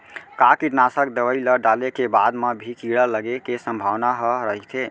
का कीटनाशक दवई ल डाले के बाद म भी कीड़ा लगे के संभावना ह रइथे?